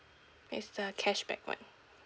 it's the cashback [one]